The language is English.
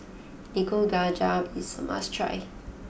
Nikujaga is a must try